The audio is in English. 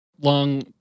long